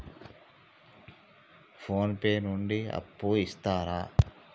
Phone pay నుండి అప్పు ఇత్తరా?